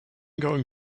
going